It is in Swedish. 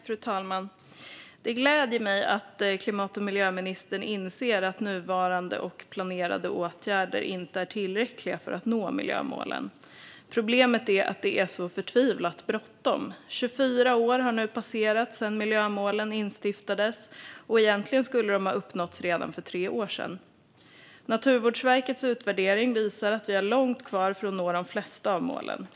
Fru talman! Det gläder mig att klimat och miljöministern inser att nuvarande och planerade åtgärder inte är tillräckliga för att nå miljömålen. Problemet är att det är så förtvivlat bråttom. Det har nu gått 24 år sedan miljömålen instiftades, och egentligen skulle de ha uppnåtts redan för tre år sedan. Naturvårdsverkets utvärdering visar att det är långt kvar till att nå de flesta av målen.